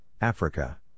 Africa